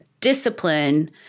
discipline